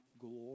glory